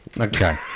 Okay